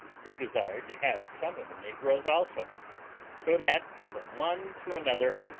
who desired to have some of the negroes also so that, from one to another,